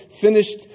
finished